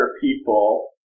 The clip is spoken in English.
people